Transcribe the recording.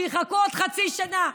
שיחכו עוד חצי שנה,